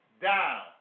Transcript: down